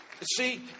See